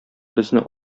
безне